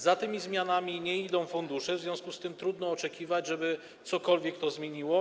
Za tymi zmianami nie idą fundusze, w związku z czym trudno oczekiwać, żeby to cokolwiek zmieniło.